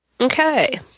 Okay